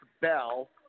Bell